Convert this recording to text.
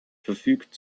verfügt